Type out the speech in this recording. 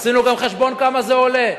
עשינו גם חשבון כמה זה עולה.